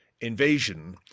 invasion